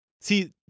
See